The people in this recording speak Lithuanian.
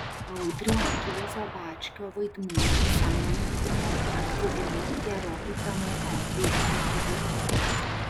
audrio juozo bačkio vaidmuo sąmoningumu ir aktyvumu gerokai pranoko veikimo vidurkį